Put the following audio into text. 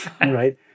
Right